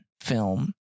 film